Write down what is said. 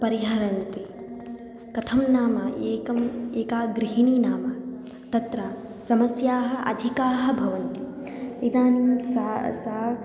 परिहरन्ति कथं नाम एका एका गृहिणी नाम तत्र समस्याः अधिकाः भवन्ति इदानीं सा सा